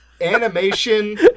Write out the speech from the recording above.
animation